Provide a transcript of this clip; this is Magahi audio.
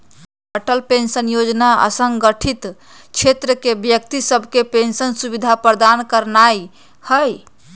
अटल पेंशन जोजना असंगठित क्षेत्र के व्यक्ति सभके पेंशन सुविधा प्रदान करनाइ हइ